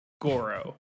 goro